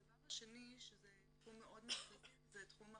הדבר השני שזה תחום מאוד מרכזי הוא תחום החינוך,